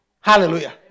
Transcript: Hallelujah